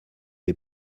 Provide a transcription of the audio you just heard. est